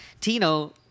Tino